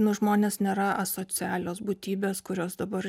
nu žmonės nėra asocialios būtybės kurios dabar